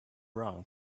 brown